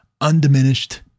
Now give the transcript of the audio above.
undiminished